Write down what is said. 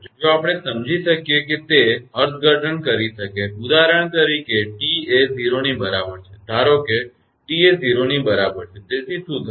જો આપણે સમજી શકીએ કે તે અર્થઘટન કરી શકે ઉદાહરણ તરીકે t એ 0 ની બરાબર છે ધારો કે t એ 0 ની બરાબર છે તેથી શું થશે